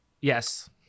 Yes